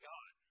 God